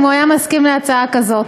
היה מסכים להצעה כזאת,